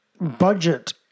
budget